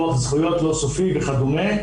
לוח זכויות לא סופי וכדומה.